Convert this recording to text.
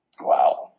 Wow